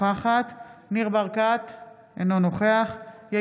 אינה נוכחת ניר ברקת,